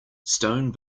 stone